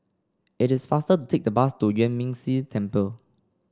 it is faster to take the bus to Yuan Ming Si Temple